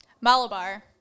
Malabar